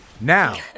Now